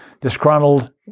disgruntled